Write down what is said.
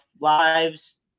lives